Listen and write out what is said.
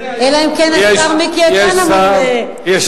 אלא אם כן השר מיקי איתן אמור, איפה ראש הממשלה?